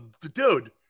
Dude